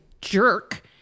jerk